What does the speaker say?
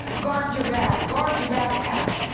ah guard your bag. guard your backpack.